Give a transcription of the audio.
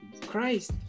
Christ